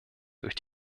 durch